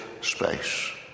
space